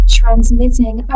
transmitting